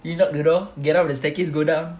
you knock the door get out of the staircase go down